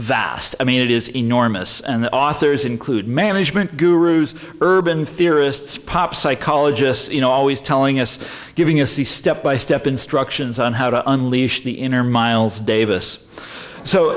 vast i mean it is enormous and the authors include management gurus urban theorists pop psychologists you know always telling us giving us the step by step instructions on how to unleash the inner miles davis so